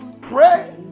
pray